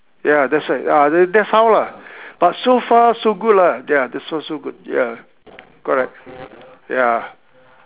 ya that's why ah that's how lah but so far so good lah ya that's so so good ya correct ya